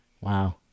Wow